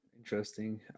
Interesting